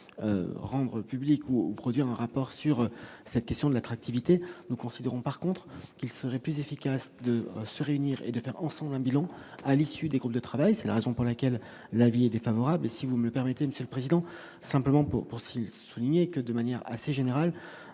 rendre public ou produire un rapport sur cette question de l'attractivité nous considérons par contre qu'il serait plus efficace de se réunir et de faire ensemble un bilan à l'issue des groupes de travail, c'est la raison pour laquelle l'avis est défavorable, si vous me permettez, Monsieur le Président, simplement pour pour s'il que de manière assez générale,